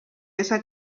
esa